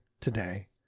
today